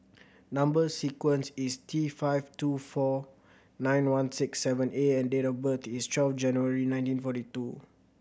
number sequence is T five two four nine one six seven A and date of birth is twelve January nineteen forty two